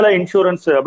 insurance